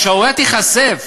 השערורייה תיחשף,